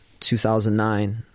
2009